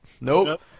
Nope